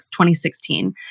2016